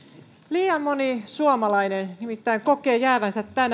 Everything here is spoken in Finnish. liian moni suomalainen nimittäin kokee jäävänsä